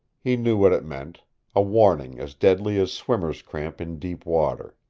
he knew what it meant a warning as deadly as swimmer's cramp in deep water.